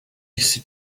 isi